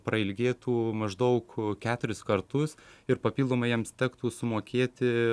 prailgėtų maždaug keturis kartus ir papildomai jiems tektų sumokėti